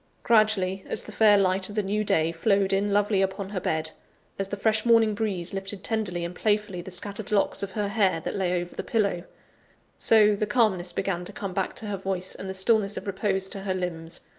gradually, as the fair light of the new day flowed in lovely upon her bed as the fresh morning breeze lifted tenderly and playfully the scattered locks of her hair that lay over the pillow so, the calmness began to come back to her voice and the stillness of repose to her limbs.